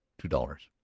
two dollars,